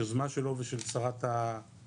יוזמה שלו ושל שרת הפנים,